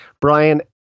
Brian